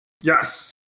Yes